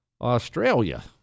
Australia